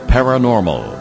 Paranormal